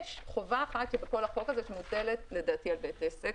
יש חובה אחת בכל החוק הזה שמוטלת על בית עסק,